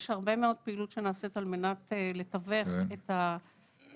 יש הרבה מאוד פעילות שנעשית על מנת לתווך את מיצוי